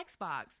Xbox